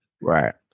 Right